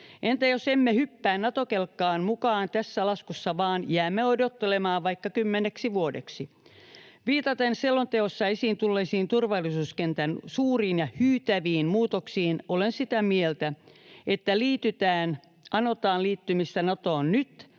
Entä jos emme hyppää Nato-kelkkaan mukaan tässä laskussa, vaan jäämme odottelemaan vaikka kymmeneksi vuodeksi? Viitaten selonteossa esiin tulleisiin turvallisuuskentän suuriin ja hyytäviin muutoksiin, olen sitä mieltä, että anotaan liittymistä Natoon nyt,